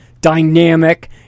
dynamic